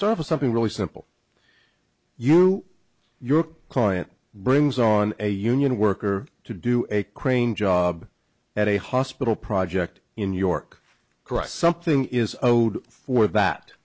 start with something really simple you your client brings on a union worker to do a crane job at a hospital project in new york correct something is owed for that